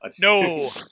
No